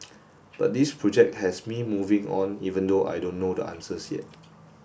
but this project has me moving on even though I don't know the answers yet